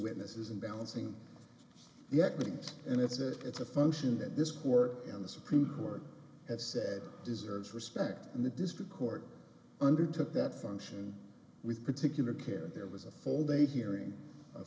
witnesses and balancing the acting and it's a it's a function that this court in the supreme court has said deserves respect and the district court undertook that function with particular care there was a full day hearing